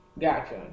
Gotcha